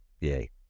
yay